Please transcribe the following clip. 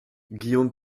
guillaume